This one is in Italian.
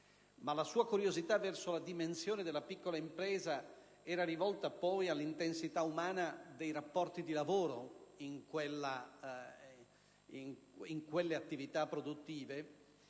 La sua curiosità verso la dimensione della piccola impresa era poi rivolta all'intensità umana dei rapporti di lavoro in quelle attività produttive